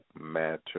matter